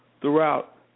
throughout